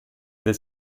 del